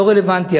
לא רלוונטי.